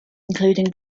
including